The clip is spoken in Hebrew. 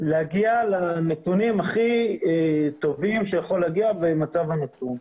להגיע לנתונים הכי טובים שהוא יכול להגיע במצב הנתון.